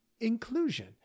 inclusion